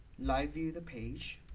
live view the page